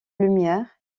lumière